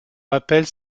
rappelle